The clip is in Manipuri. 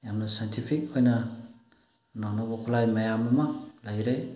ꯌꯥꯝꯅ ꯁꯥꯏꯟꯇꯤꯐꯤꯛ ꯑꯣꯏꯅ ꯑꯅꯧ ꯑꯅꯧꯕ ꯈꯨꯠꯂꯥꯏ ꯃꯌꯥꯝ ꯑꯃ ꯂꯩꯔꯦ